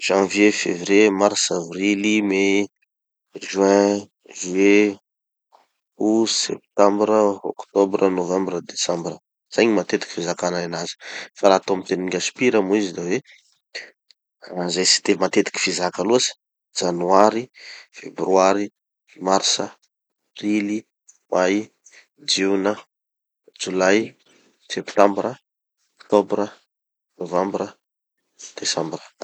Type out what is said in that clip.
Janvier, fevrier, mars, avril, mai, juin, juillet, août, septembre, octobre, novembre, décembre. Zay gny matetiky fizakanay anazy. Fa raha atao amy fiteny gasy pure moa izy da hoe, izay tsy de matetiky fizaka loatsy: janoary, febroary, martsa, aprily, may, jiona, jolay, septambra, oktobra, novambra, desambra.